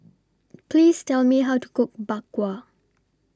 Please Tell Me How to Cook Bak Kwa